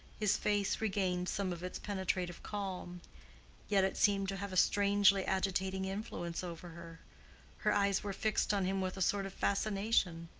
his face regained some of its penetrative calm yet it seemed to have a strangely agitating influence over her her eyes were fixed on him with a sort of fascination,